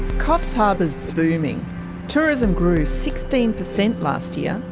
coffs harbour's booming tourism grew sixteen percent last year.